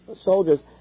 soldiers